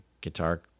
guitar